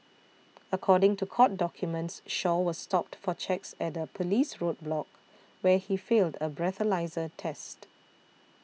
according to court documents Shaw was stopped for checks at a police roadblock where he failed a breathalyser test